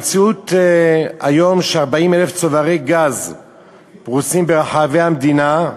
המציאות היום היא ש-40,000 צוברי גז פרוסים ברחבי המדינה,